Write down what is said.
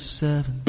seven